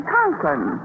Conklin